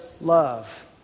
love